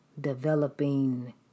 developing